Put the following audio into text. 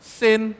sin